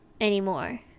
Anymore